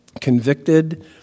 convicted